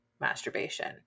masturbation